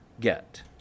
get